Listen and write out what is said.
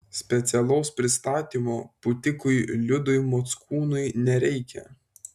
specialaus pristatymo pūtikui liudui mockūnui nereikia